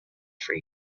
free